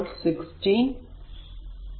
അപ്പോൾ 16 ||48